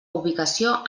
ubicació